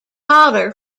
potter